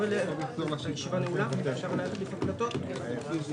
הישיבה נעולה, תודה רבה.